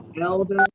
Elder